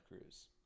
Cruz